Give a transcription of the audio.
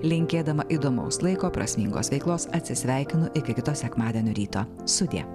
linkėdama įdomaus laiko prasmingos veiklos atsisveikinu iki kito sekmadienio ryto sudie